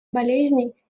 болезней